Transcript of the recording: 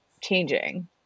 changing